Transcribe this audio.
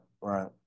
right